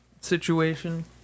situation